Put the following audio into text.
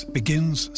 begins